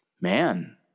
Man